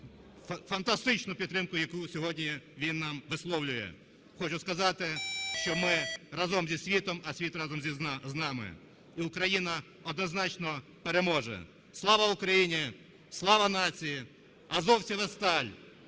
фантастичну підтримку, яку сьогодні він нам висловлює. Хочу сказати, що ми разом зі світом, а світ разом із нами. І Україна однозначно переможе. Слава Україні! Слава нації! Азовці, ви – сталь!